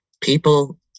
people